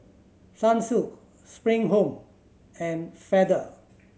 Sunsilk Spring Home and Feather